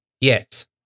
yes